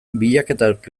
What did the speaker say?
bilaketak